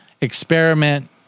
experiment